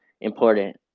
important